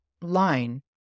line